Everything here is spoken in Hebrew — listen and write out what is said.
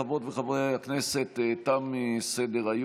חבר הכנסת שבח שטרן וחבר הכנסת